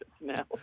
now